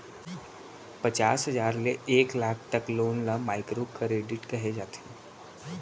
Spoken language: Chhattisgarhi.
पचास हजार ले एक लाख तक लोन ल माइक्रो करेडिट कहे जाथे